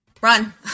run